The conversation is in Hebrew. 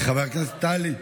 חברת הכנסת טלי,